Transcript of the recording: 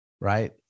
Right